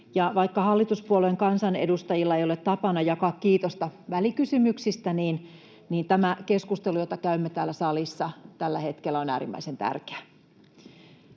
vaikka hallituspuolueen kansanedustajilla ei ole tapana jakaa kiitosta välikysymyksistä, niin tämä keskustelu, jota käymme täällä salissa tällä hetkellä, on äärimmäisen tärkeä.